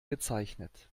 gezeichnet